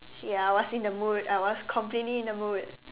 ya I was in the mood I was completely in the mood